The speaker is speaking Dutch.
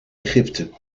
egypte